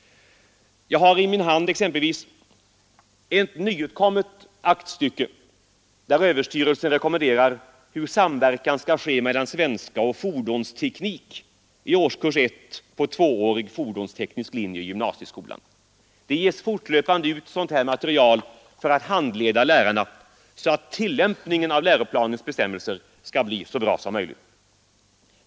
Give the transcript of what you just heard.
Jag har exempelvis i min hand ett nyutkommet aktstycke där skolöverstyrelsen rekommenderar hur samverkan skall ske mellan sver Nr 127 och fordonsteknik i årskurs 1 på tvåårig fordonsteknisk linje i gymnasie Onsdagen den skolan. Man ger fortlöpande ut sådant material för att handleda lärarna, 29 november 1972 så att tillämpningen av läroplanens bestämmelser skall bli så bra som ———— möjligt?